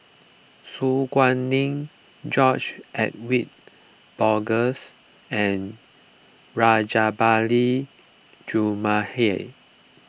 Su Guaning George Edwin Bogaars and Rajabali Jumabhoy